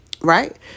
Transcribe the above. Right